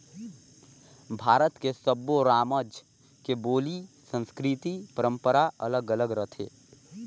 भारत के सब्बो रामज के बोली, संस्कृति, परंपरा अलगे अलगे रथे